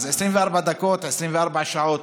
24 דקות, 24 שעות.